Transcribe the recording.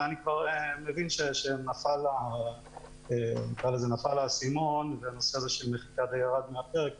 ואני כבר מבין שנפל האסימון והנושא הזה של מחיקה די ירד מהפרק,